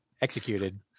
Executed